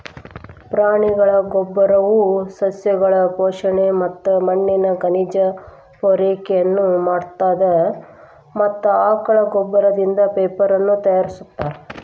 ಪ್ರಾಣಿಗಳ ಗೋಬ್ಬರವು ಸಸ್ಯಗಳು ಪೋಷಣೆ ಮತ್ತ ಮಣ್ಣಿನ ಖನಿಜ ಪೂರೈಕೆನು ಮಾಡತ್ತದ ಮತ್ತ ಆಕಳ ಗೋಬ್ಬರದಿಂದ ಪೇಪರನು ತಯಾರಿಸ್ತಾರ